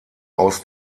aus